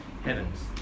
heavens